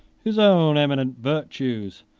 his own eminent virtues,